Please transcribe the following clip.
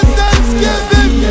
Thanksgiving